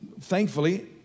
Thankfully